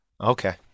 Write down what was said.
Okay